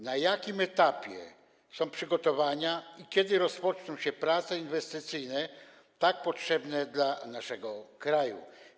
Na jakim etapie są przygotowania i kiedy rozpoczną się prace inwestycyjne tak potrzebne dla naszego kraju?